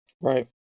right